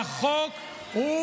החוק הוא